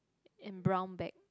and brown bag